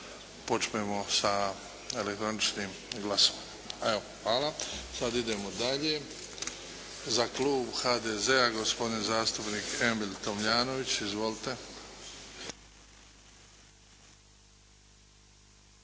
počnemo sa elektroničkim glasovanjem. Hvala. Sad idemo dalje. Za klub HDZ-a gospodin zastupnik Emil Tomljanović. Izvolite.